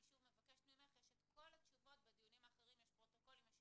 אני שוב מבקשת ממך יש את הפרוטוקולים של הישיבות הקודמות,